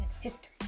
history